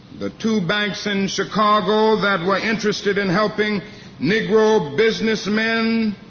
the two banks in chicago that were interested in helping negro businessmen